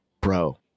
bro